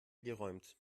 geräumt